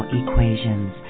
equations